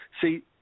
see